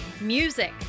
Music